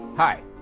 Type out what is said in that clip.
Hi